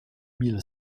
mille